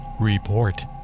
Report